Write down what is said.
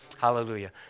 hallelujah